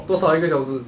多少一个小时